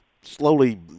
slowly